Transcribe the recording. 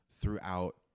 throughout